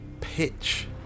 Pitch